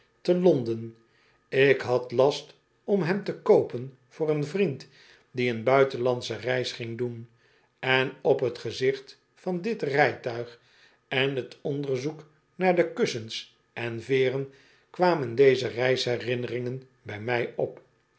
te londen ik had last om hem te koopen voor een vriend die een buitenlandsche reis ging doen en op t gezicht van dit rijtuig en t onderzoek naar de kussens en veeren kwamen deze reisherinneringen bij mij op